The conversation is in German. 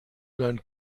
deinen